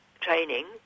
training